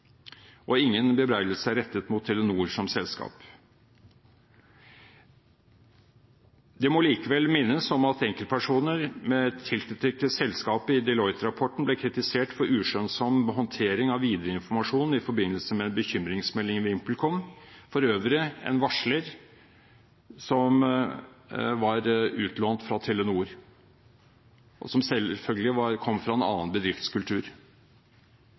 vitneprov. Ingen bebreidelse er rettet mot Telenor som selskap. Det må likevel minnes om at enkeltpersoner med tilknytning til selskapet i Deloitte-rapporten ble kritisert for uskjønnsom håndtering av informasjon i forbindelse med en bekymringsmelding om VimpelCom, for øvrig fra en varsler som var utlånt fra Telenor, og som selvfølgelig kom fra en annen bedriftskultur.